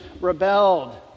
rebelled